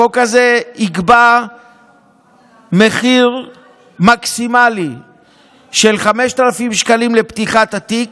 החוק הזה יקבע מחיר מקסימלי של 5,000 שקלים לפתיחת התיק,